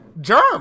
germ